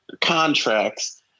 contracts